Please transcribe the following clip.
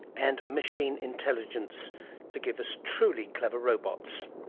and machine intelligence to give us truly clever robots.